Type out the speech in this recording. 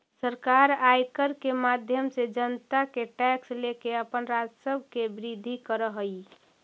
सरकार आयकर के माध्यम से जनता से टैक्स लेके अपन राजस्व के वृद्धि करऽ हई